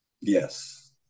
Yes